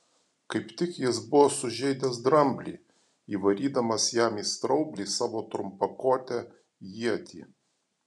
kaip tik jis buvo sužeidęs dramblį įvarydamas jam į straublį savo trumpakotę ietį